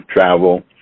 travel